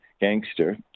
gangster